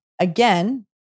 again